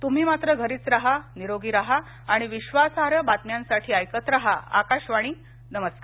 तुम्ही मात्र घरीच रहा निरोगी रहा आणि विश्वासार्ह बातम्यांसाठी ऐकत राहा आकाशवाणी नमस्कार